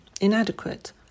inadequate